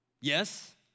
Yes